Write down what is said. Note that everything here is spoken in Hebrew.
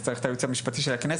זה צריך את הייעוץ המשפטי של הכנסת.